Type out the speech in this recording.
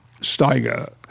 Steiger